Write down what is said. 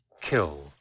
kill